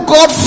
God